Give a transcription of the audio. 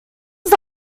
was